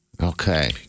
Okay